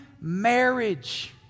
marriage